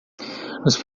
nos